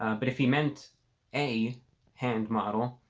ah but if he meant a hand model.